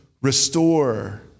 restore